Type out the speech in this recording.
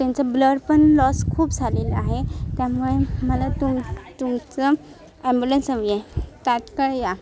तेंचं ब्लड पण लॉस खूप झालेलं आहे त्यामुळे मला तू तुमचं अम्बुलन्स हवी आहे तात्काळ या